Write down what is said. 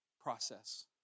process